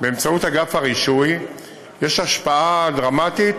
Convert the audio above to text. באמצעות אגף הרישוי יש השפעה דרמטית